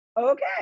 Okay